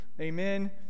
Amen